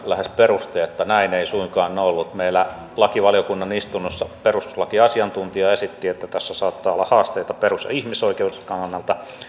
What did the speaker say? lähes perusteetta näin ei suinkaan ollut meillä lakivaliokunnan istunnossa perustuslakiasiantuntija esitti että tässä saattaa olla haasteita perus ja ihmisoikeuksien kannalta